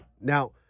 Now